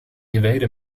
evade